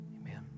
Amen